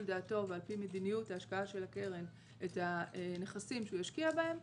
דעתו ועל פי מדיניות ההשקעה של הקרן את הנכסים שהוא ישקיע בהם,